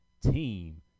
team